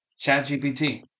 ChatGPT